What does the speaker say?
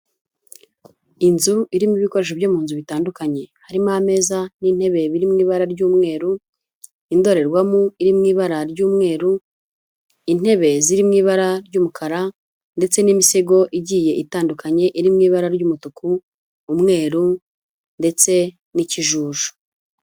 Inzu irimo ibikoresho byo mu nzu bitandukanye, harimo ameza n'intebe biri mu ibara ry'umweru, indorerwamo iri mu ibara ry'umweru, intebe ziri mu ibara ry'umukara ndetse n'imisego igiye itandukanye, iri mu ibara ry'umutuku, umweru ndetse n'ikijuju.